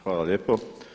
Hvala lijepo.